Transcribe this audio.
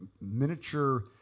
miniature